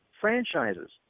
franchises